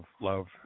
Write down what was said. love